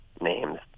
names